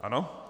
Ano.